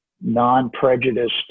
non-prejudiced